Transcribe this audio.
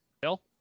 Bill